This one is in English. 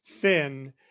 thin